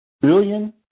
billion